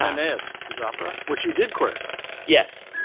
um is is opera which you did choreograph yes